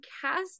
cast